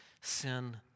sin